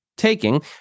Taking